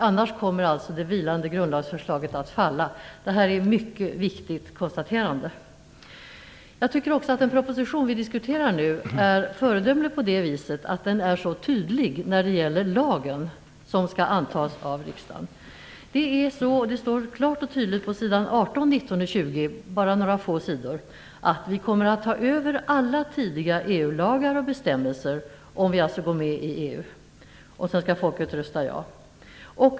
Annars kommer alltså det vilande grundlagsförslaget att falla. Detta är ett mycket viktigt konstaterande. Jag tycker också att den proposition vi nu diskuterar är föredömlig på det viset att den är så tydlig när det gäller den lag som skall antas av riksdagen. Det står klart och tydligt på sidorna 18, 19 och 20 - bara några få sidor - att vi kommer att ta över alla tidigare EU-lagar och bestämmelser om svenska folket röstar ja och vi går med i EU.